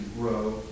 grow